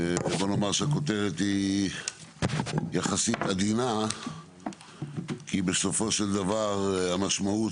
הכותרת היא יחסית עדינה כי בסופו של דבר המשמעות